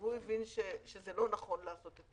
והוא הבין שזה לא נכון לעשות את